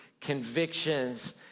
convictions